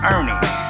Ernie